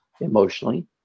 emotionally